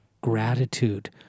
gratitude